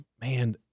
man